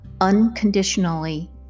unconditionally